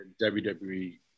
WWE